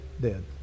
dead